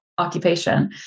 occupation